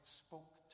spoke